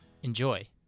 Enjoy